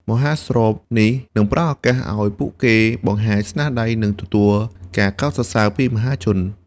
មហោស្រពនេះនឹងផ្តល់ឱកាសឲ្យពួកគេបង្ហាញស្នាដៃនិងទទួលការកោតសរសើរពីមហាជន។